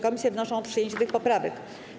Komisje wnoszą o przyjęcie tych poprawek.